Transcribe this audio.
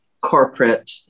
corporate